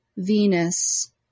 venus